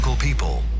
People